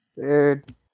Dude